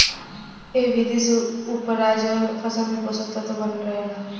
एह विधि से उपराजल फसल में पोषक तत्व बनल रहेला